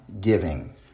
giving